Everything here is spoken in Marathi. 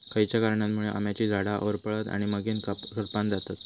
खयच्या कारणांमुळे आम्याची झाडा होरपळतत आणि मगेन करपान जातत?